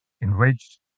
Enraged